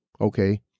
okay